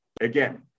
again